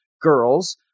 girls